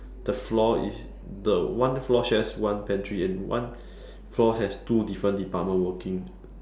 the floor is the one floor shares one pantry and one floor has two different departments working